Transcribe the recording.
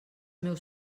meus